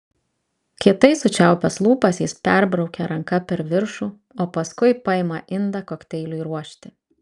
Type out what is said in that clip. kietai sučiaupęs lūpas jis perbraukia ranka per viršų o paskui paima indą kokteiliui ruošti